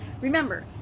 remember